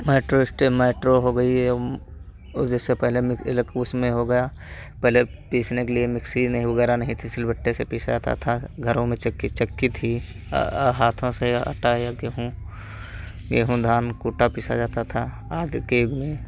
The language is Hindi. मेट्रो स्टे मेट्रो हो गई वह जैसे पहले जबकि उसमें हो गया पहले पीसने के लिए मिक्सी वग़ैरह नहीं थी सिलबट्टे से पीसा जाता था घरों में चक्की चक्की थी हाथों से आटा या गेहूँ गेहूँ धान कूटा पीसा जाता था आज के में